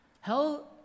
Hell